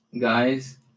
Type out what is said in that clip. Guys